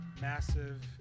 massive